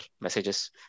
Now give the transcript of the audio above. messages